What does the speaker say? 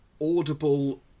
audible